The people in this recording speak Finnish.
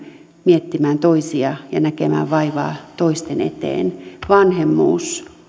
miettimään toisia ja näkemään vaivaa toisten eteen vanhemmuus